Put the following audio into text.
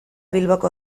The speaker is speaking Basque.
bilboko